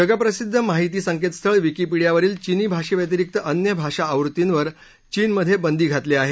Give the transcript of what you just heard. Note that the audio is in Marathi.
जगप्रसिद्ध माहिती संकेत स्थळ विकीपिडीया वरील चीनी भाषेव्यतिरिक्त अन्य भाषा आवृत्तींवर चीनमधे बंदी घालण्यात आली आहे